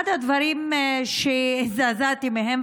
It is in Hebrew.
אחד הדברים שהזדעזעתי מהם,